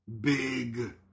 big